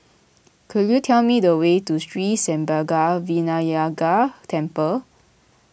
could you tell me the way to Sri Senpaga Vinayagar Temple